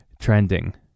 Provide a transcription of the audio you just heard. trending